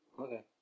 Okay